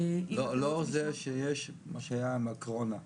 לא זה שיש מה שהיה עם הקורונה.